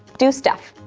do stuff,